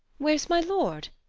where's my lord?